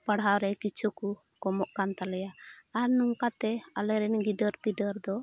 ᱯᱟᱲᱦᱟᱣ ᱨᱮ ᱠᱤᱪᱷᱩ ᱠᱚ ᱠᱚᱢᱚᱜ ᱠᱟᱱ ᱛᱟᱞᱮᱭᱟ ᱟᱨ ᱱᱚᱝᱠᱟᱛᱮ ᱟᱞᱮᱨᱮᱱ ᱜᱤᱫᱟᱹᱨ ᱯᱤᱫᱟᱹᱨ ᱫᱚ